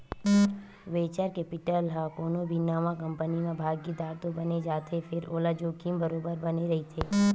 venture capital ह कोनो भी नवा कंपनी म भागीदार तो बन जाथे फेर ओला जोखिम बरोबर बने रहिथे